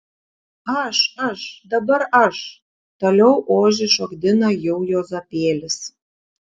aš aš dabar aš toliau ožį šokdina jau juozapėlis